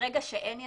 ברגע שאין יזם,